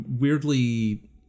weirdly